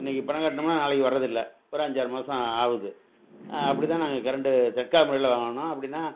இன்றைக்கு பணம் கட்டினம்னா நாளைக்கு வர்றது இல்லை ஒரு அஞ்சாறு மாதம் ஆகுது அப்படி தான் நாங்கள் கரெண்டு தட்கால் முறையில் வாங்கினோன்னா அப்படின்னா